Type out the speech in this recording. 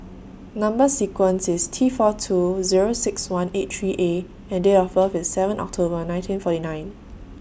Number sequence IS T four two Zero six one eight three A and Date of birth IS seven October nineteen forty nine